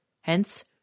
Hence